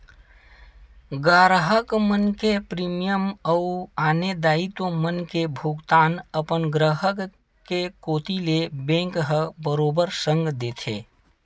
गराहक मन के प्रीमियम अउ आने दायित्व मन के भुगतान अपन ग्राहक के कोती ले बेंक ह बरोबर संग देथे